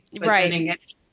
Right